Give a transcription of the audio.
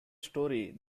story